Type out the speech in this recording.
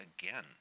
again